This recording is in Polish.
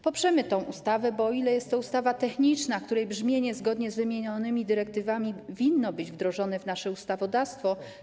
Poprzemy tę ustawę, bo jest to ustawa techniczna, której brzmienie jest zgodne z wymienionymi dyrektywami i powinna być wdrożona w nasze ustawodawstwo.